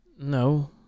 No